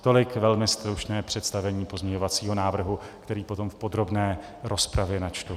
Tolik velmi stručné představení pozměňovacího návrhu, který potom v podrobné rozpravě načtu.